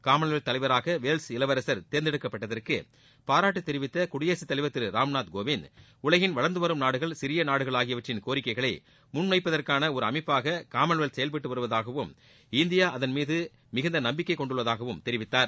Commonwealth தலைவராக Wales இளவரசர் தேர்ந்தெடுக்கப்பட்டதற்கு பாராட்டு தெரிவித்த குடியரசுத்தலைவர் திரு ராம்நாத்கோவிந்த் உலகின் வளர்ந்து வரும் நாடுகள் சிறிய நாடுகள் ஆகியவற்றின் கோரிக்கைகளை முள்வைப்பதற்கான ஒரு அமைப்பாக காமன்வெல்த் செயல்பட்டு வருவதாகவும் இந்தியா அதன் மீது மிகுந்த நம்பிக்கை கொண்டுள்ளதாகவும் தெரிவித்தார்